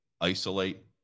isolate